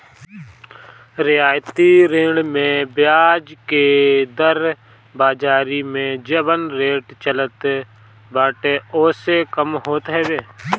रियायती ऋण में बियाज के दर बाजारी में जवन रेट चलत बाटे ओसे कम होत हवे